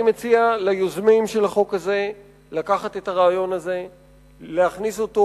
אני מציע ליוזמים של החוק הזה לקחת את הרעיון הזה ולהכניס אותו